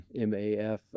MAF